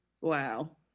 Wow